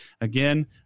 Again